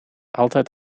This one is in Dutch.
altijd